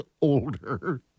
older